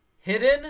hidden